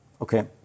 Okay